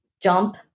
jump